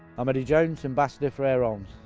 i'm eddie jones ambassador for air arms.